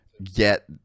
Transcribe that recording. get